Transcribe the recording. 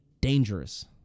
dangerous